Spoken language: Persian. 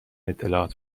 اطلاعات